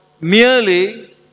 Merely